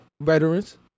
veterans